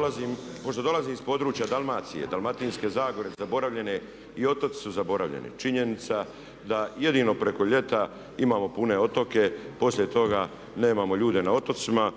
(MOST)** Pošto dolazim iz područja Dalmacije, Dalmatinske zagore, zaboravljene i otoci su zaboravljeni činjenica da jedino preko ljeta imamo pune otoke. Poslije toga nemamo ljude na otocima